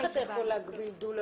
איך אתה יכול להגביל דולה,